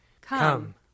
Come